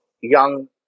young